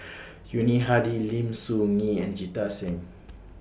Yuni Hadi Lim Soo Ngee and Jita Singh